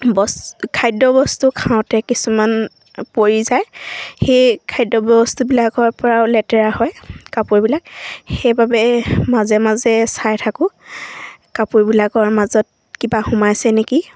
বচ খাদ্য বস্তু খাওঁতে কিছুমান পৰি যায় সেই খাদ্য বস্তুবিলাকৰ পৰাও লেতেৰা হয় কাপোৰবিলাক সেইবাবে মাজে মাজে চাই থাকোঁ কাপোৰবিলাকৰ মাজত কিবা সোমাইছে নেকি